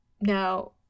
Now